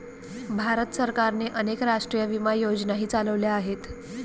भारत सरकारने अनेक राष्ट्रीय विमा योजनाही चालवल्या आहेत